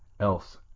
else